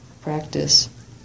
practice